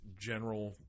general